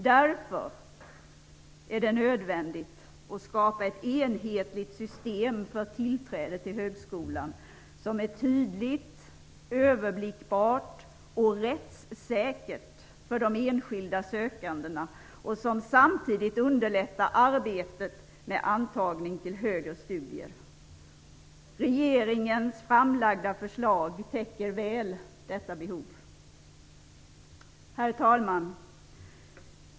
Därför är det nödvändigt att skapa ett enhetligt system för tillträde till högskolan, som är tydligt, överblickbart och rättssäkert för de enskilda sökandena och som samtidigt underlättar arbetet med antagning till högre studier. Regeringens framlagda förslag täcker väl detta behov. Herr talman!